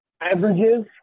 Averages